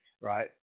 right